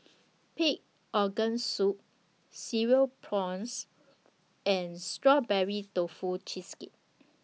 Pig Organ Soup Cereal Prawns and Strawberry Tofu Cheesecake